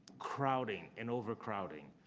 crowding and overcrowding.